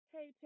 Hey